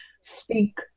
speak